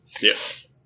Yes